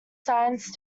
science